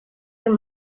you